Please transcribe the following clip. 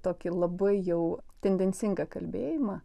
tokį labai jau tendencingą kalbėjimą